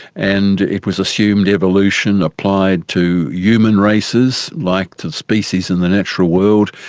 and it was assumed evolution applied to human races like to species in the natural world.